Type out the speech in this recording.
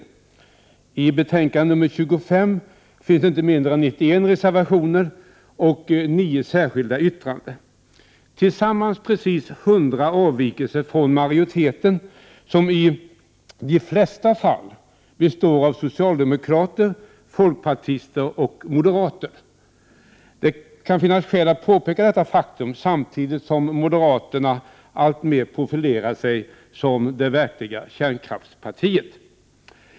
I näringsutskottets betänkande nr 25 finns det inte mindre än 91 reservationer och 9 särskilda yttranden, tillsammans precis 100 avvikelser från majoriteten, som i de flesta fall består av socialdemokrater, folkpartister och moderater. Det kan finnas skäl att påpeka detta faktum samtidigt som man kan konstatera att moderaterna alltmer profilerar sig som det verkliga kärnkraftspartiet.